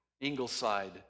ingleside